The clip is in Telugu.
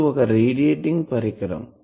ఇది ఒక రేడియేటింగ్ పరికరం